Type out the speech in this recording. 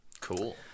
Cool